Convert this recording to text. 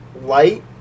light